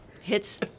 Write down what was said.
hits